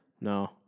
No